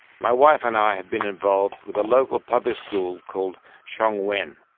my wife and i have been involved with a local public school called shuang wen.